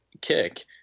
kick